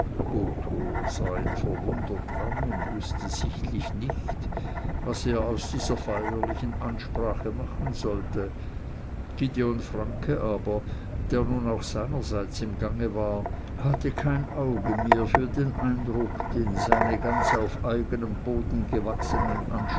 sah ihn verwundert an und wußte sichtlich nicht was er aus dieser feierlichen ansprache machen sollte gideon franke aber der nun auch seinerseits im gange war hatte kein auge mehr für den eindruck den seine ganz auf eigenem boden gewachsenen